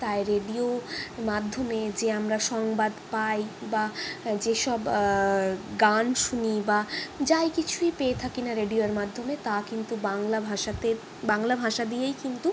তার রেডিও মাধ্যমে যে আমরা সংবাদ পাই বা যেসব গান শুনি বা যাই কিছুই পেয়ে থাকি না রেডিওর মাধ্যমে তা কিন্তু বাংলা ভাষাতে বাংলা ভাষা দিয়েই কিন্তু